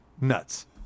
Nuts